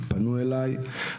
פנו אליי,